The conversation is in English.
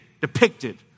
depicted